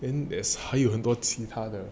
then there's 还有很多其他的